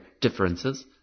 differences